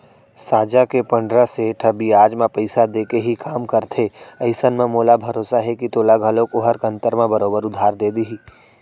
साजा के पंडरा सेठ ह बियाज म पइसा देके ही काम करथे अइसन म मोला भरोसा हे के तोला घलौक ओहर कन्तर म बरोबर उधार दे देही